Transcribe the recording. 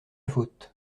faute